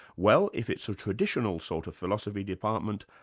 well, if it's a traditional sort of philosophy department,